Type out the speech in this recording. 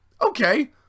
okay